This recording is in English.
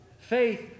Faith